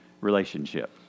relationship